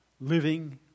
living